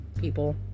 people